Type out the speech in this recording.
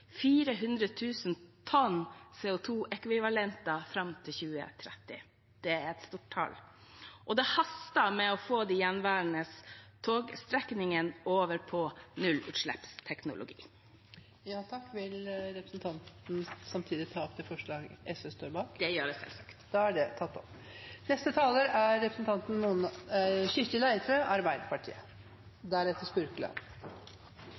tonn CO 2 -ekvivalenter fram mot 2030. Det er et stort tall. Det haster med å få de gjenværende togstrekningene over på nullutslippsteknologi. Vil representanten ta opp forslaget som SV sammen med Høyre står bak? Det vil jeg. Da har representanten Mona Fagerås tatt opp forslaget fra Høyre og SV. Det er